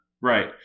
Right